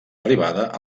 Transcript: arribada